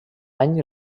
any